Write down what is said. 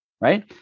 Right